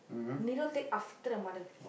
Niru take after the mother